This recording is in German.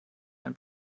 ein